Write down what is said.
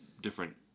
different